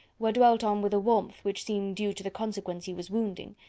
were dwelt on with a warmth which seemed due to the consequence he was wounding,